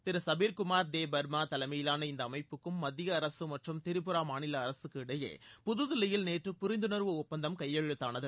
திருசபீர் Kumar Debbarma தலைமையிலான இந்த அமைப்புக்கும் மத்திய அரசு மற்றும் திரிபுரா மாநில அரசுக்கு இடையே புதுதில்லியில் நேற்று புரிந்துணர்வு ஒப்பந்தம் கையெழுத்தானது